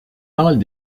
parlent